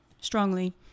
strongly